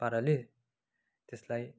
पाराले त्यसलाई